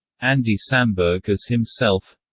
andy samberg as himself